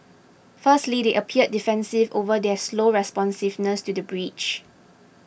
firstly they appeared defensive over their slow responsiveness to the breach